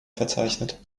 verzeichnet